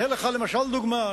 והא לך למשל דוגמה.